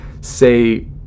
say